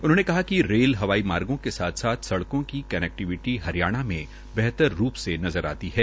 उन्होंने कहा कि रेल हवाई मार्गो के साथ साथ सडक़ों की कनैक्टीविटी हरियाणा में बेहतर रूप से नजर आती है